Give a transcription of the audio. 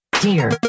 Dear